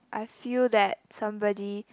I feel that somebody